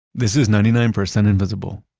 this is ninety nine percent invisible.